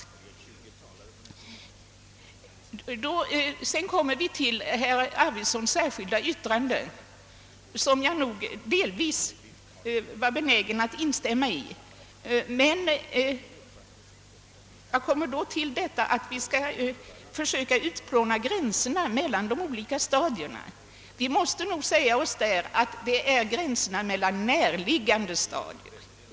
Jag är delvis benägen att instämma i herr Arvidsons särskilda yttrande, jag vill här ta upp vad han sade om att vi bör försöka utplåna gränserna mellan de olika stadierna. Vi måste nog säga oss att det är gränserna mellan närliggande stadier som bör tas bort.